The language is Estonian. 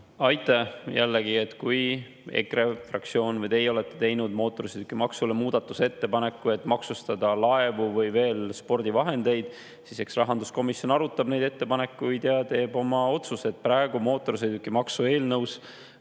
Aitäh! Jällegi, kui EKRE fraktsioon või teie olete teinud mootorsõidukimaksu kohta muudatusettepaneku, et maksustada laevu või spordivahendeid, siis eks rahanduskomisjon arutab neid ettepanekuid ja teeb oma otsused. Praegu mootorsõidukimaksu eelnõus